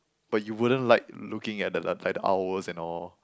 but you wouldn't like looking at the the like the owls and all